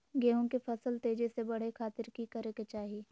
गेहूं के फसल तेजी से बढ़े खातिर की करके चाहि?